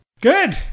Good